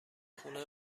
خونه